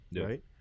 right